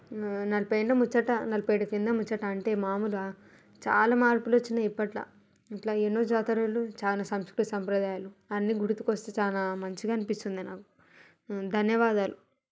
నలభై ఏళ్ళ ముచ్చట నలభై ఏళ్ళ క్రింద ముచ్చట అంటే మామూలా చాలా మార్పులు వచ్చాయి ఇప్పట్లో ఇలా ఎన్నో జాతరలు చాలా సంస్కృతీ సంప్రదాయాలు అన్ని గుర్తుకు వస్తే చాలా మంచిగా అనిపిస్తుంది నాకు ధన్యవాదాలు